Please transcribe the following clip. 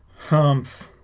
humph!